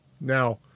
Now